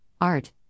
art